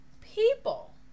people